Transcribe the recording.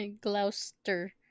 Gloucester